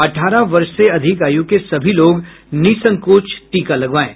अठारह वर्ष से अधिक आयु के सभी लोग निःसंकोच टीका लगवाएं